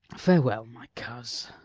farewell, my coz.